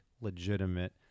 legitimate